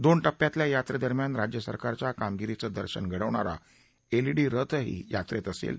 दोन टप्प्यातल्या या यात्रेदरम्यान राज्य सरकारच्या कामगिरीचं दर्शन घडवणारा एलईडी रथही यात्रेत असेल